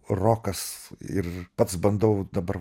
rokas ir pats bandau dabar